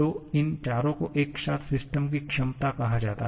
तो इन चारों को एक साथ सिस्टम की क्षमता कहा जाता है